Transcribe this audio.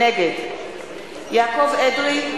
נגד יעקב אדרי,